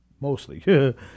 mostly